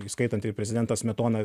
įskaitant ir prezidentą smetoną